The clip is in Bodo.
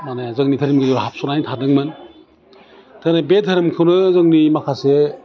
माने जोंनि दोहोरोमनिआव हाबसन्नानै थादोंमोन दिनै बे दोहोरोमखौनो जोंनि माखासे